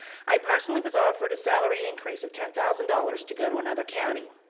i personally was offered a salary increase of ten thousand dollars to go to another county.